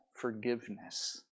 forgiveness